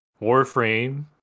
Warframe